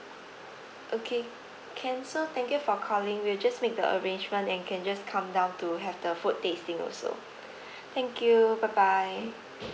okay can so thank you for calling we'll just make the arrangement and you can just come down to have the food tasting also thank you bye bye